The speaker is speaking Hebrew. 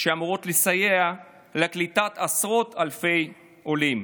שאמורות לסייע לקליטת עשרות אלפי עולים.